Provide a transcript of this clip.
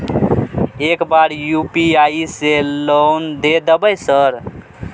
एक बार यु.पी.आई से लोन द देवे सर?